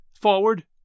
Forward